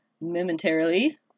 momentarily